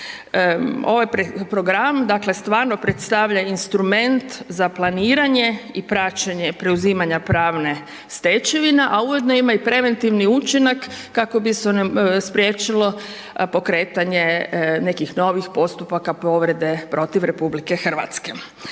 Ovaj program dakle stvarno predstavlja instrument za planiranje i praćenje preuzimanje pravne stečevine a ujedno ima i preventivni učinak kako bi se spriječilo pokretanje nekih novih postupaka povrede protiv RH. Dame